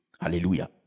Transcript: Hallelujah